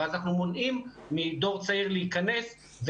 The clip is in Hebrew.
ואז אנחנו מונעים מדור צעיר להיכנס.